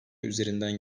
üzerinden